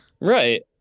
Right